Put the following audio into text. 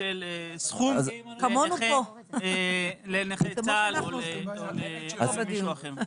של סכום לנכה צה"ל או למישהו אחר.